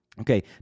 Okay